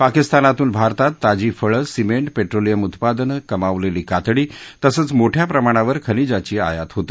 पाकिस्तानातून भारतात ताजी फळं सिमेंट पेट्रोलियम उत्पादन कमावलेली कातडी तसंच मोठ्या प्रमाणावर खनिजाची आयात होते